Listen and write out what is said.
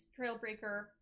Trailbreaker